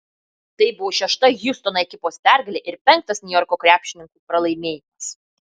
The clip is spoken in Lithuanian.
tai buvo šešta hjustono ekipos pergalė ir penktas niujorko krepšininkų pralaimėjimas